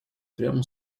прямо